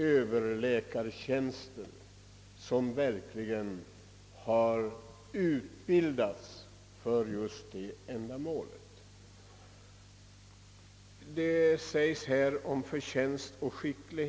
Detta gäller även om ett länslasarett är knutet till ett universitet och dess utbildning.